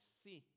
see